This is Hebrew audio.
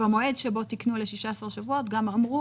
במועד שבו תיקנו ל-16 שבועות גם אמרו